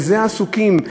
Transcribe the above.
בזה עסוקים.